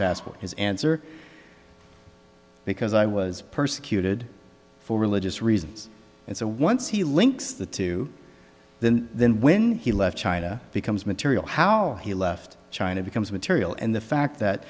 his answer because i was persecuted for religious reasons and so once he links the two then then when he left china becomes material how he left china becomes material and the fact that